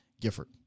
Gifford